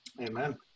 Amen